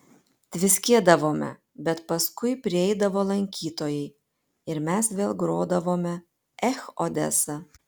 tviskėdavome bet paskui prieidavo lankytojai ir mes vėl grodavome ech odesa